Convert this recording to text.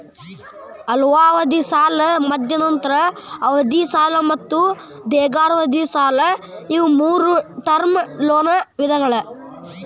ಅಲ್ಪಾವಧಿ ಸಾಲ ಮಧ್ಯಂತರ ಅವಧಿ ಸಾಲ ಮತ್ತು ದೇರ್ಘಾವಧಿ ಸಾಲ ಇವು ಮೂರೂ ಟರ್ಮ್ ಲೋನ್ ವಿಧಗಳ